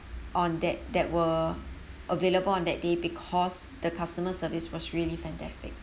on that that were available on that day because the customer service was really fantastic